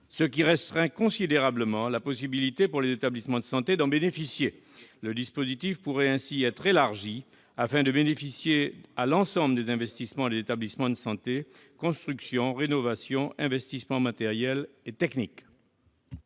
ce qui restreint considérablement la possibilité pour les établissements de santé d'en bénéficier. Ce dispositif pourrait être élargi afin de bénéficier à l'ensemble des investissements des établissements de santé : construction, rénovation, investissements matériels et techniques.